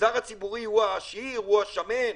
המגזר הציבורי הוא העשיר, הוא השמן,